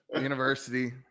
University